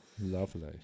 lovely